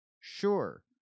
Sure